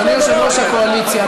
אדוני יושב-ראש הקואליציה,